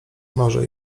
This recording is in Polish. może